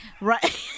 Right